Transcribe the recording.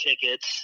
tickets